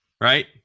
Right